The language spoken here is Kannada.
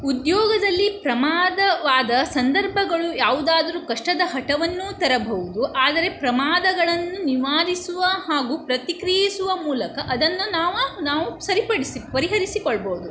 ಉದ್ಯೋಗದಲ್ಲಿ ಪ್ರಮಾದವಾದ ಸಂದರ್ಭಗಳು ಯಾವುದಾದರೂ ಕಷ್ಟದ ಹಟವನ್ನೂ ತರಬಹುದು ಆದರೆ ಪ್ರಮಾದಗಳನ್ನು ನಿವಾರಿಸುವ ಹಾಗೂ ಪ್ರತಿಕ್ರಿಯಿಸುವ ಮೂಲಕ ಅದನ್ನು ನಾವು ನಾವು ಸರಿಪಡಿಸಿ ಪರಿಹರಿಸಿಕೊಳ್ಬೋದು